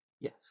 Yes